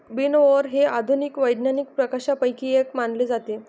विनओवर हे आधुनिक वैज्ञानिक प्रकाशनांपैकी एक मानले जाते